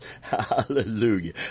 Hallelujah